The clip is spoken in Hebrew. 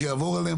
שיעבור עליהם,